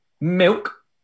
milk